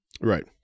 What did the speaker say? right